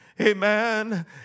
Amen